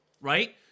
right